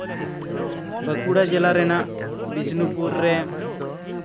ᱵᱟᱸᱠᱩᱲᱟ ᱡᱮᱞᱟ ᱨᱮᱱᱟᱜ ᱵᱤᱥᱱᱩᱯᱩᱨ ᱨᱮ